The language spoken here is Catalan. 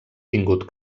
tingut